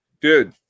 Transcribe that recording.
Dude